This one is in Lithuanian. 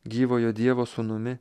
gyvojo dievo sūnumi